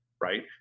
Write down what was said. right